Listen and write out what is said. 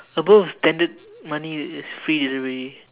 above standard money is free delivery